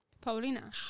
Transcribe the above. Paulina